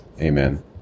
Amen